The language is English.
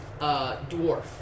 dwarf